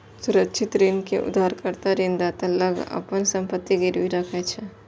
सुरक्षित ऋण मे उधारकर्ता ऋणदाता लग अपन संपत्ति गिरवी राखै छै